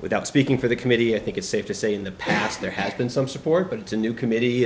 without speaking for the committee i think it's safe to say in the past there has been some support but it's a new committee